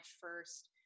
first